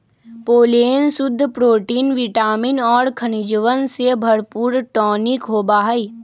pollen शुद्ध protein vitamin और खनिजवन से भरपूर टॉनिक होबा हई